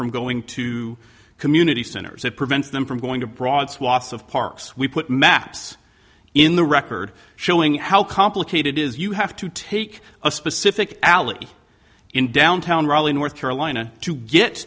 from going to community centers it prevents them from going to broad swaths of parks we put maps in the record showing you how complicated is you have to take a specific alley in downtown raleigh north carolina to get